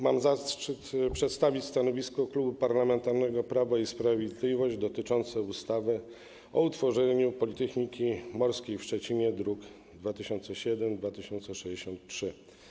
Mam zaszczyt przedstawić stanowisko Klubu Parlamentarnego Prawo i Sprawiedliwość dotyczące ustawy o utworzeniu Politechniki Morskiej w Szczecinie, druki nr 2007 i 2063.